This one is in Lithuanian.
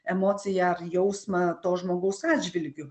emociją ar jausmą to žmogaus atžvilgiu